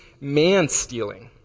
man-stealing